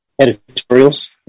editorials